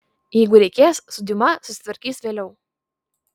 jeigu reikės su diuma susitvarkys vėliau